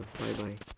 bye-bye